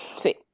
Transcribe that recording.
sweet